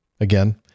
again